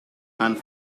and